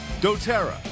doTERRA